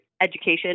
education